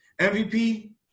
MVP